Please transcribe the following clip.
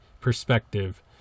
perspective